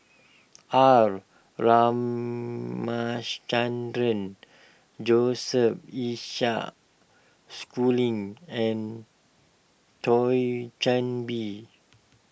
R Ramaschandran Joseph Isaac Schooling and Thio Chan Bee